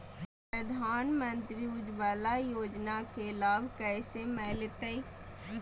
प्रधानमंत्री उज्वला योजना के लाभ कैसे मैलतैय?